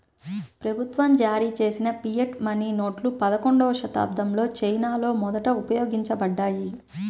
ప్రభుత్వం జారీచేసిన fiat money నోట్లు పదకొండవ శతాబ్దంలో చైనాలో మొదట ఉపయోగించబడ్డాయి